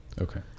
Okay